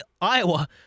Iowa